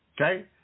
Okay